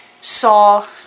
saw